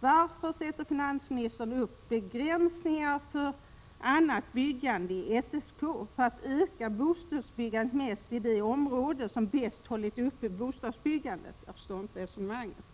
Varför regionerna sätter finansministern upp begränsningar för annat byggande i SSK för att öka bostadsbyggandet mest i det område som bäst har hållit bostadsbyggandet uppe? Jag förstår inte resonemanget.